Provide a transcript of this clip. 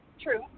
True